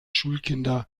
schulkinder